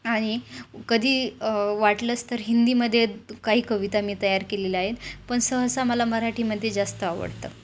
आणि कधी वाटलंच तर हिंदीमध्ये काही कविता मी तयार केलेल्या आहेत पण सहसा मला मराठीमध्ये जास्त आवडतं